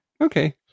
Okay